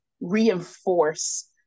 reinforce